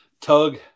Tug